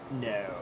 no